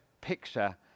picture